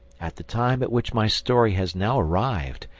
at the time at which my story has now arrived,